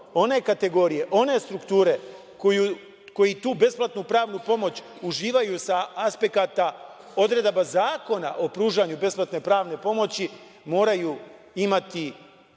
one kategorije, one strukture koji tu besplatnu pravnu pomoć uživaju sa aspekata odredaba zakona o pružanju besplatne pravne pomoći, moraju imati